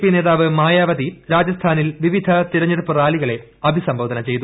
P നേതാവ് മായാവതി രാജസ്ഥാനിൽ വിവിധ തെരഞ്ഞെടുപ്പ് റാലികളെ അഭിസംബോധന ചെയ്തു